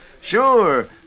Sure